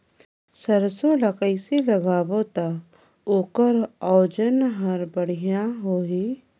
सरसो ला कइसे लगाबो ता ओकर ओजन हर बेडिया होही?